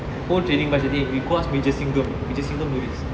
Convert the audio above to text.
the whole training major singam major singam